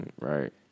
right